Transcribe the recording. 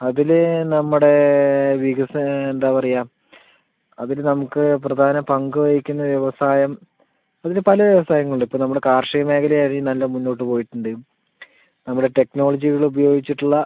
അതില് നമ്മുടെ വികസന എന്താ പറയുക അതില് നമുക്ക് പ്രധാന പങ്ക് വഹിക്കുന്ന വ്യവസായം അതില് പല വ്യവസായങ്ങളുണ്ട് ഇപ്പോ നമ്മടെ കാർഷിക മേഖലയായിരിക്കും നല്ല മുന്നോട്ട് പോയിട്ടുണ്ട് നമ്മളെ ടെക്നോളജികൾ ഉപയോഗിച്ചിട്ടുള്ള